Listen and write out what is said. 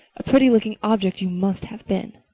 a pretty-looking object you must have been!